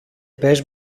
πες